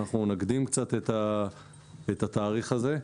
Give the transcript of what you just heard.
אנחנו נקדים קצת את התאריך הזה.